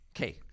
Okay